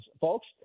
folks